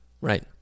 Right